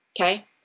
Okay